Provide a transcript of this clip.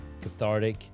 cathartic